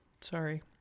sorry